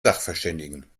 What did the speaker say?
sachverständigen